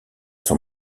son